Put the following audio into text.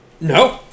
no